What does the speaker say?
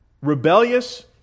Rebellious